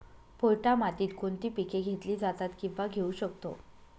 पोयटा मातीत कोणती पिके घेतली जातात, किंवा घेऊ शकतो?